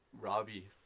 Robbie